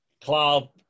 club